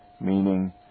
meaning